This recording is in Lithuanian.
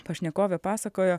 pašnekovė pasakojo